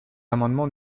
amendement